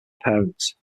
parents